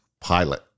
pilot